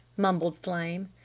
mumbled flame.